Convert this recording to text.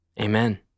Amen